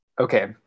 Okay